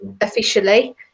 officially